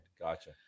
Gotcha